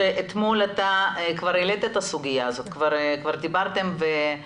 שאתמול אתה כבר העלית את הסוגיה הזאת וכבר דנתם על זה.